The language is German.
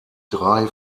drei